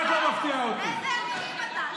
איזה ימין אתה?